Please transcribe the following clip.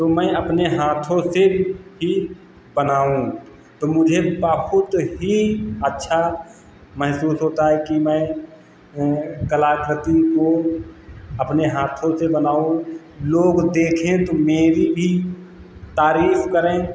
तो मैं अपने हाथों से ही बनाऊं तो मुझे बहुत ही अच्छा महसूस होता है कि मैं कलाकृति को अपने हाथों से बनाऊं लोग देखें तो मेरी भी तारीफ करें